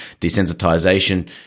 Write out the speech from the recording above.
desensitization